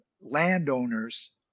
landowners